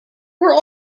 were